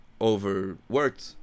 overworked